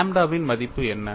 லாம்ப்டாவின் மதிப்பு என்ன